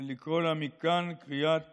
ולקרוא לה מכאן קריאת